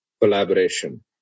collaboration